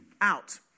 out